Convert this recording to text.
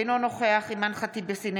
אינו נוכח אימאן ח'טיב יאסין,